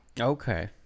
Okay